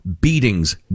beatings